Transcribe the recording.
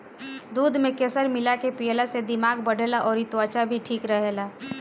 दूध में केसर मिला के पियला से दिमाग बढ़ेला अउरी त्वचा भी ठीक रहेला